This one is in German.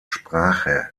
sprache